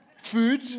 Food